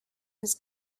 his